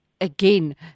Again